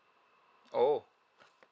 oh